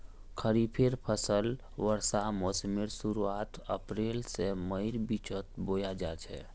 खरिफेर फसल वर्षा मोसमेर शुरुआत अप्रैल से मईर बिचोत बोया जाछे